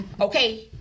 okay